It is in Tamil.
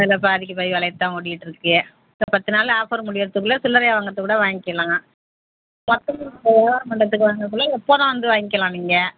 சில பாதிக்கு பாதி விலையாத்தான் ஓடிகிட்டுருக்குது இப்போ பத்து நாள் ஆஃபர் முடியறதுக்குள்ளே சில்லறையாக வாங்கறதுக்கு கூட வாங்கிலாம் மொத்தமா வியாவாரம் பண்ண வாங்கறதுக்குள்ளே எப்போதான் வந்து வாங்கிக்கலாம் நீங்கள்